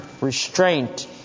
restraint